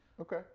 Okay